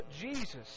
Jesus